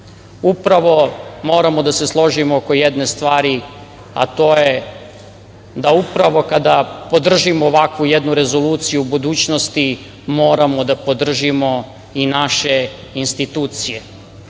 moramo da se složimo oko jedne stvari, a to je da upravo kada podržimo jednu ovakvu rezoluciju u budućnosti moramo da podržimo i naše institucije.